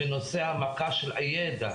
בנושא העמקה של הידע